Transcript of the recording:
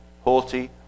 haughty